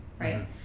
right